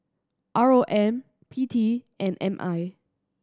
R O M P T and M I